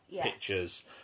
pictures